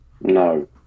No